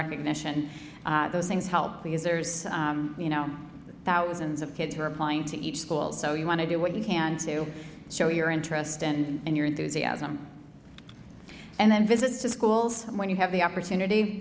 recognition those things help because there's you know thousands of kids who are applying to each school so you want to do what you can to show your interest and your enthusiasm and then visits to schools when you have the opportunity